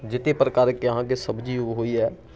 जते प्रकारके अहाँकेँ सब्जी होइया